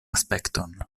aspekton